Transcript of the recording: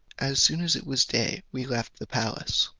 as soon as it was day we left the palace,